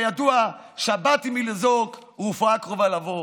כידוע, שבת היא מלזעוק ורפואה קרובה לבוא.